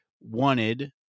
wanted